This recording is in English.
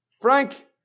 Frank